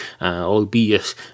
albeit